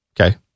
Okay